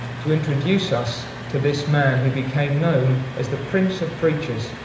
to introduce us to this man who became known as the prince of preachers,